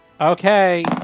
Okay